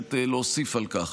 מבקשת להוסיף על כך.